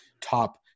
top